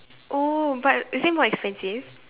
oh but is it more expensive